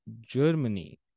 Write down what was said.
Germany